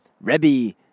Rebbe